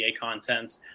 content